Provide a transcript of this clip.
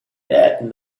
that